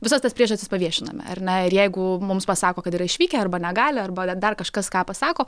visas tas priežastis paviešiname ar ne ir jeigu mums pasako kad yra išvykę arba negali arba dar kažkas ką pasako